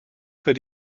für